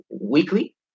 weekly